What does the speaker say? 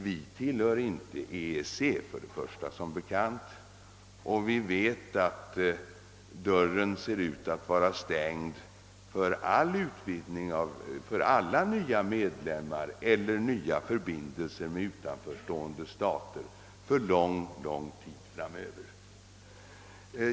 Vi tillhör som bekant inte EEC och vi vet att dörren ser ut att vara stängd för alla nya medlemmar och för alla nya förbindelser med utanförstående stater under ganska lång tid framöver.